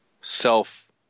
self